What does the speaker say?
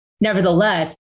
Nevertheless